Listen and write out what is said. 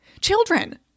Children